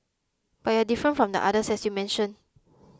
but you're different from the others as you mentioned